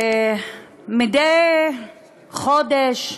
מדי חודש,